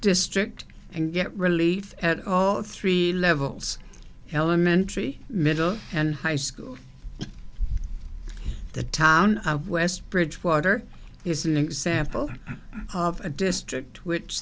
district and get relief at all three levels elementary middle and high school the town of west bridgewater is an example of a district which